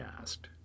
asked